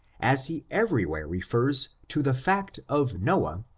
as he everjrwhere refers to the fact of noah,